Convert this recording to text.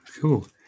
Cool